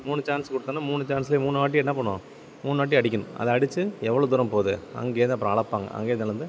மூணு சான்ஸ் கொடுத்தோனே மூணு சான்ஸ்லேயும் மூணு வாட்டி என்ன பண்ணுவோம் மூணு வாட்டி அடிக்கணும் அதை அடிச்சு எவ்வளோ தூரம் போது அங்கேயிருந்து அப்புறம் அளப்பாங்க அங்கேயிருந்து அளந்து